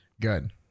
Good